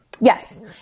Yes